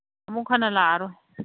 ꯑꯃꯨꯛ ꯍꯟꯅ ꯂꯥꯛꯑꯔꯣꯏ